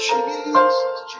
Jesus